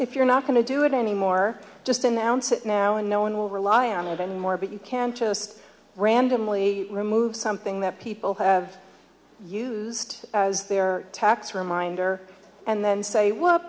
if you're not going to do it anymore just announce it now and no one will rely on it anymore but you can't just randomly remove something that people have used as their tax reminder and then say well